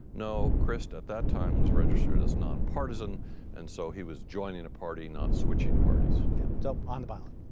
no, krist at that time was registered as nonpartisan and so he was joining a party, not switching parties. yeah so on the ballot.